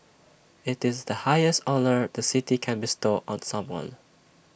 IT is the highest honour the city can bestow on someone